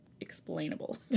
explainable